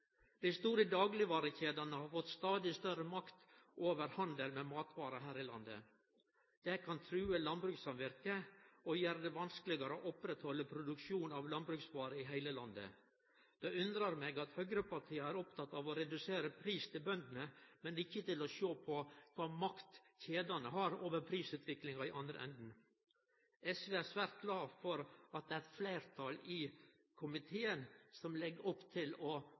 Dei store daglegvarekjedene har fått stadig større makt over handelen med matvarer her i landet. Dette kan true landbrukssamvirket og gjere det vanskelegare å halde oppe produksjon av landbruksvarer i heile landet. Det undrar meg at høgrepartia er opptekne av å redusere pris til bøndene, men ikkje vil sjå på kva makt kjedene har over prisutviklinga i andre enden. SV er svært glad for at det er eit fleirtal i komiteen som vil leggje opp til å